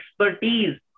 expertise